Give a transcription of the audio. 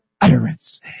utterance